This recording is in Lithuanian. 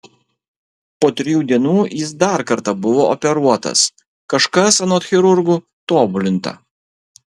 po trijų dienų jis dar kartą buvo operuotas kažkas anot chirurgų tobulinta